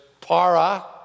para